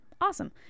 awesome